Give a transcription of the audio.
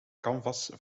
canvas